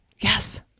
Yes